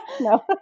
no